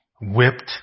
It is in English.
Whipped